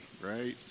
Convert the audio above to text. right